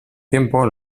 tiempo